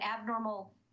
abnormal